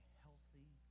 healthy